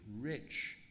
rich